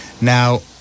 now